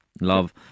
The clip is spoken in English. Love